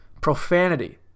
Profanity